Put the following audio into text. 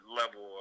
level